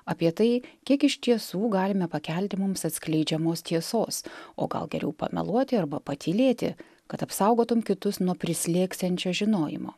apie tai kiek iš tiesų galime pakelti mums atskleidžiamos tiesos o gal geriau pameluoti arba patylėti kad apsaugotum kitus nuo prislėgsiančio žinojimo